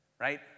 right